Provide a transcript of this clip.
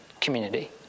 community